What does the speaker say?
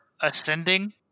ascending